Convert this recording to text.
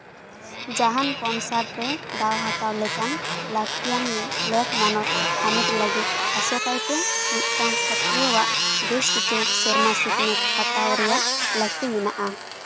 ᱡᱟᱦᱟᱱ ᱠᱚᱱᱥᱟᱨᱴ ᱨᱮ ᱫᱟᱣ ᱦᱟᱛᱟᱣ ᱞᱮᱠᱟᱱ ᱞᱟᱹᱠᱛᱤᱭᱟᱱ ᱞᱮᱠ ᱢᱟᱱᱚᱛ ᱦᱟᱢᱮᱴ ᱞᱟᱹᱜᱤᱫ ᱟᱥᱚᱠᱟᱭᱛᱮ ᱢᱤᱫᱴᱟᱱ ᱯᱟᱹᱴᱷᱩᱣᱟᱹ ᱟᱜ ᱵᱮᱥ ᱠᱤᱪᱷᱩ ᱥᱮᱨᱢᱟ ᱥᱤᱠᱷᱱᱟᱹᱛ ᱦᱟᱛᱟᱣ ᱨᱮᱭᱟᱜ ᱞᱟᱹᱠᱛᱤ ᱢᱮᱱᱟᱜᱼᱟ